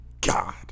God